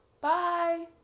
Bye